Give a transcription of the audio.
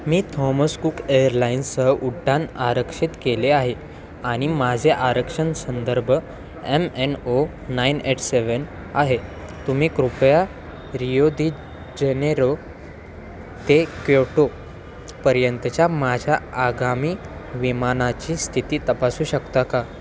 मी Thomas Cook एअरलाइन्सह उड्डाण आरक्षित केले आहे आणि माझे आरक्षण संदर्भ M N O nine eight seven आहे तुम्ही कृपया रिओ दी जेनेरो ते क्योटोपर्यंतच्या माझ्या आगामी विमानाची स्थिती तपासू शकता का